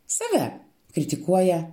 save kritikuoja